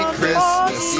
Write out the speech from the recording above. Christmas